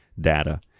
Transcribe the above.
data